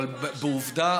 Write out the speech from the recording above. אבל בעובדה,